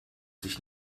sich